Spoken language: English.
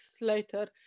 later